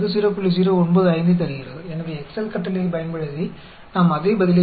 तो हमें Excel command का उपयोग करके भी यही उत्तर मिलता है